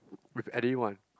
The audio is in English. with anyone